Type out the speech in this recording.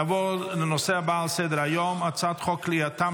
נעבור לנושא הבא על סדר היום: הצעת חוק כליאתם